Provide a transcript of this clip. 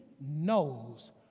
knows